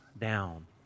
down